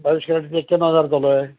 बावीस कॅरेट एक्याण्णव हजार रुपयाला आहे